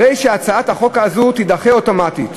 הרי שהצעת החוק הזאת תידחה אוטומטית.